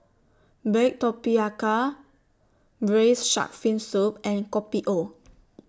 Baked Tapioca Braised Shark Fin Soup and Kopi O